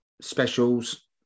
specials